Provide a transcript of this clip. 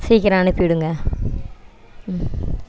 சீக்கிரம் அனுப்பிவிடுங்கள் ம்